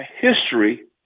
history